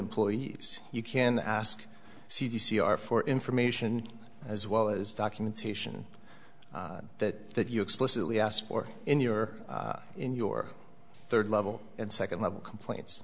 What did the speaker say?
employees you can ask c d c or for information as well as documentation that that you explicitly asked for in your in your third level and second level complaints